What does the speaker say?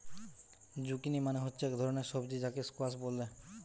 zucchini মানে হচ্ছে এক ধরণের সবজি যাকে স্কোয়াস বলে